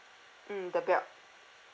mm the belt